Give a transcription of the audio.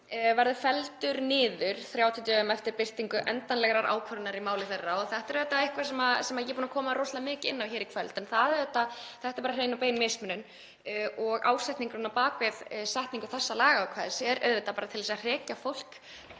verði felldur niður 30 dögum eftir birtingu endanlegrar ákvörðunar í máli þeirra og þetta er auðvitað eitthvað sem ég er búin að koma rosalega mikið inn á hér í kvöld. Þetta er bara hrein og bein mismunun og ásetningurinn á bak við setningu þessa lagaákvæðis er auðvitað bara að hrekja fólk